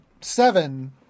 seven